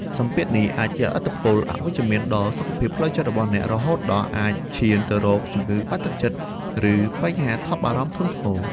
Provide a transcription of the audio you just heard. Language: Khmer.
សម្ពាធនេះអាចជះឥទ្ធិពលអវិជ្ជមានដល់សុខភាពផ្លូវចិត្តរបស់អ្នក រហូតដល់អាចឈានទៅរកជំងឺបាក់ទឹកចិត្ត ឬបញ្ហាថប់បារម្ភធ្ងន់ធ្ងរ។